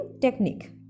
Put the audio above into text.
technique